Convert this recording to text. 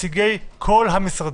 נציגי כל המשרדים.